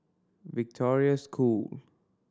Victoria School